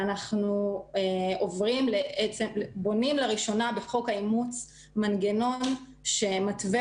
ואנחנו בונים לראשונה בחוק האימוץ מנגנון שמתווה